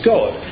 God